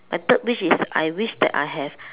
my third wish is I wish that I have